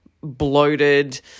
bloated